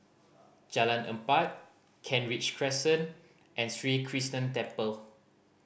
Jalan Empat Kent Ridge Crescent and Sri Krishnan Temple